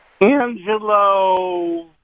Angelo